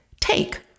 take